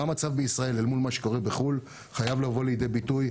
מה המצב בישראל אל מול מה שקורה בחו"ל חייב לבוא לידי ביטוי,